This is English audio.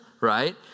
right